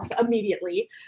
immediately